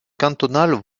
cantonales